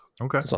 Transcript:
Okay